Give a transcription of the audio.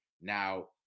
Now